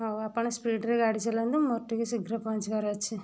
ହଉ ଆପଣ ସ୍ପିଡ଼ରେ ଗାଡ଼ି ଚଲାନ୍ତୁ ମୋର ଟିକେ ଶୀଘ୍ର ପହଞ୍ଚିବାର ଅଛି